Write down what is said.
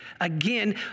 Again